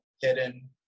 hidden